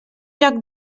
joc